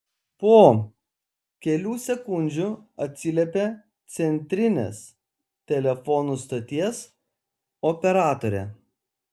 po kelių sekundžių atsiliepė centrinės telefonų stoties operatorė